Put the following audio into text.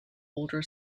older